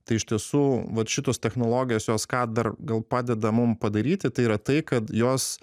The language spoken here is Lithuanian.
tai iš tiesų vat šitos technologijos jos ką dar gal padeda mum padaryti tai yra tai kad jos